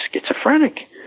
schizophrenic